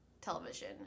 television